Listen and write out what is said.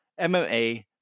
MMA